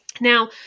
Now